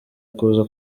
kuza